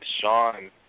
Sean